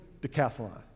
Decathlon